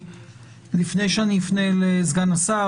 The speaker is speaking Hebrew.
לפני שאני אפנה לסגן השר,